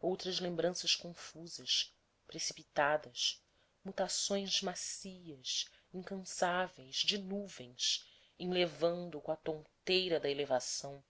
outras lembranças confusas precipitadas mutações macias incansáveis de nuvens enlevando com a tonteira da elevação